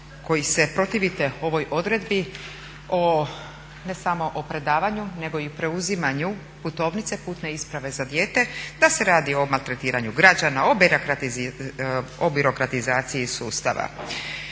koji se protivite ovoj odredbi ne samo o predavanju nego i preuzimanju putovnice, putne isprave za dijete da se radi o maltretiranju građana, o birokratizaciji sustava.